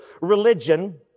religion